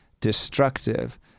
destructive